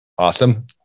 Awesome